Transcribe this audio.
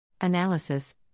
Analysis